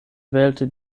wählte